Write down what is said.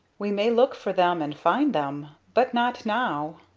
we may look for them and find them but not now!